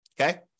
okay